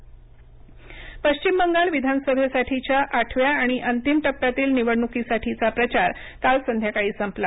बंगाल निवडणक पश्रि्चम बंगाल विधानसभेसाठीच्या आठव्या आणि अंतिम टप्प्यातील निवडणूकीसाठीचा प्रचार काल संध्याकाळी संपला